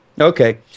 Okay